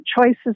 choices